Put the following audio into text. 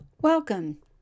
Welcome